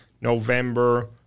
November